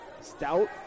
Stout